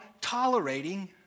tolerating